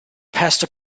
pastor